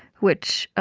which